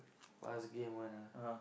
fast game [one] ah